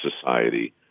society